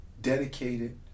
dedicated